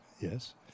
Yes